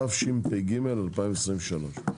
התשפ"ג-2023.